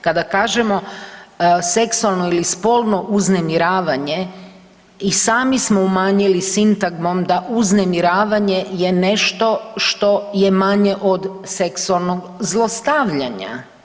Kada kažemo seksualno ili spolno uznemiravanje i sami smo umanjili sintagmom da uznemiravanje je nešto što je manje od seksualnog zlostavljanja.